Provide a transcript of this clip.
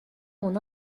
mon